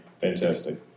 Fantastic